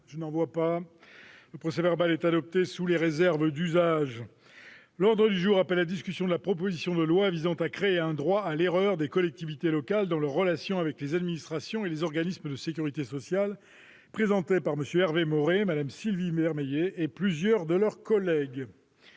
d'observation ?... Le procès-verbal est adopté sous les réserves d'usage. L'ordre du jour appelle, à la demande du groupe Union Centriste, la discussion de la proposition de loi visant à créer un droit à l'erreur des collectivités locales dans leurs relations avec les administrations et les organismes de sécurité sociale, présentée par M. Hervé Maurey, Mme Sylvie Vermeillet et plusieurs de leurs collègues